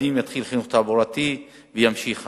חינוך והסברה, זה הולך ביחד.